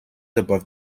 above